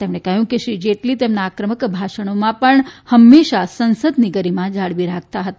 તેમણે કહ્યું કે શ્રી જેટલી તેમના આક્રમક ભાષણોમાં પણ હંમેશા સંસદની ગરીમા જાળવી રાખતા હતા